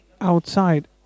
outside